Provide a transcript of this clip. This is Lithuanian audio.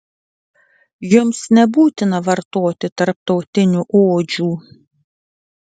jums nebūtina vartoti tarptautinių odžių